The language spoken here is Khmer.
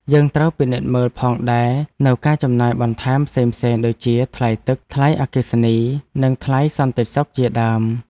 យើងត្រូវពិនិត្យមើលផងដែរនូវការចំណាយបន្ថែមផ្សេងៗ ដូចជាថ្លៃទឹក ថ្លៃអគ្គិសនី និងថ្លៃសន្តិសុខជាដើម។